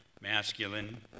masculine